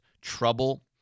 trouble